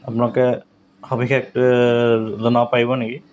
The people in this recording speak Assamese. আপোনালোকে সবিশেষ জনাব পাৰিব নেকি